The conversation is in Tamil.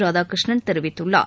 ராதாகிருஷ்ணன் தெரிவித்துள்ளார்